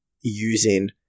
using